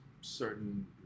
certain